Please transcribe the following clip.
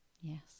Yes